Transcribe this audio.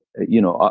you know, ah